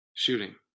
shooting